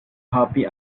happy